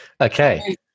Okay